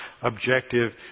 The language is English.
objective